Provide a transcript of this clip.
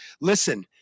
listen